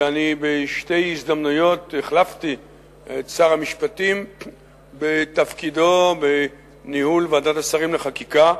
בשתי הזדמנויות החלפתי את שר המשפטים בתפקידו בניהול ועדת השרים לחקיקה,